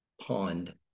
pond